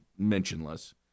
mentionless